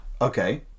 Okay